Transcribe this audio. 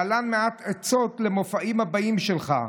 להלן מעט עצות למופעים הבאים שלך: